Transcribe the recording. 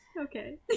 okay